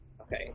Okay